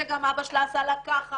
ושאבא שלה עשה לה ככה.